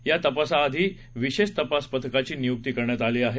या तपसासाठी याआधी विशेष तपास पथकाची नियुक्ती करण्यात आली आहे